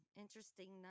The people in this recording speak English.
Interesting